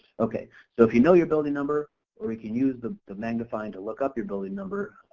okay. so if you know your building number or you can use the the magnifying to look up your building number,